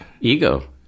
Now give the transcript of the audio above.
Ego